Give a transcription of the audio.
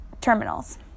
terminals